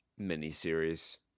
miniseries